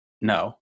No